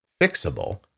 fixable